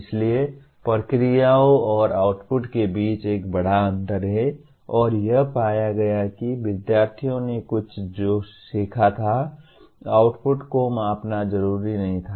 इसलिए प्रक्रियाओं और आउटपुट के बीच एक बड़ा अंतर है और यह पाया गया कि विद्यार्थियों ने जो कुछ सीखा था आउटपुट को मापना जरूरी नहीं था